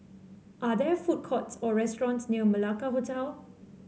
are there food courts or restaurants near Malacca Hotel